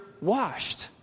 washed